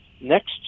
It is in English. next